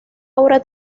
obra